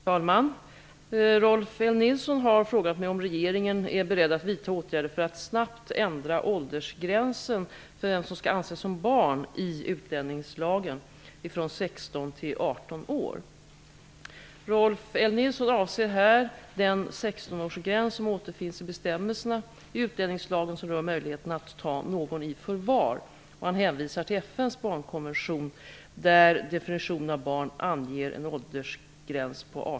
Fru talman! Rolf L Nilson har frågat mig om regeringen är beredd att vidta åtgärder för att snabbt ändra åldersgränsen för vem som skall anses som barn i utlänningslagen från 16 till 18 år. Rolf L Nilson avser här den 16-årsgräns som återfinns i bestämmelserna i utlänningslagen som rör möjligheterna att ta någon i förvar. Han hänvisar till FN:s barnkonvention där definitionen av barn anger en 18-årsgräns.